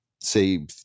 say